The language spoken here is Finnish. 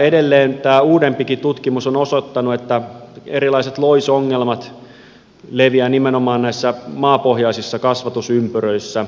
edelleen tämä uudempikin tutkimus on osoittanut että erilaiset loisongelmat leviävät nimenomaan näissä maapohjaisissa kasvatusympyröissä